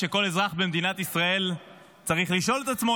שכל אזרח במדינת ישראל צריך לשאול את עצמו,